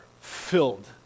filled